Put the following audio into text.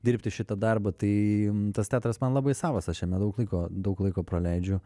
dirbti šitą darbą tai tas teatras man labai savas aš jame daug laiko daug laiko praleidžiu